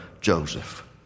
Joseph